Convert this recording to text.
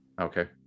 okay